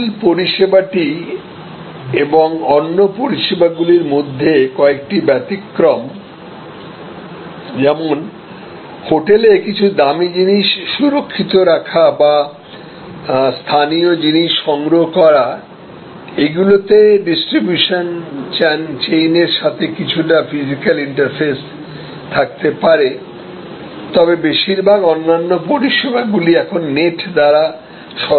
মূল পরিষেবাটি এবং অন্য পরিষেবা গুলির মধ্যে কয়েকটি ব্যতিক্রম যেমন হোটেলে কিছু দামি জিনিস সুরক্ষিত রাখা বা স্থানীয় জিনিস সংগ্রহ করা এগুলোতে এখনো ডিস্ট্রিবিউশন চেইনের সাথে কিছুটা ফিজিক্যাল ইন্টারফেস থাকতে পারে তবে বেশিরভাগ অন্যান্য পরিষেবা গুলি এখন নেট দ্বারা সরবরাহ করা হয়